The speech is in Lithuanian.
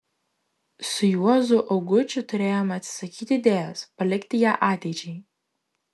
su juozu augučiu turėjome atsisakyti idėjos palikti ją ateičiai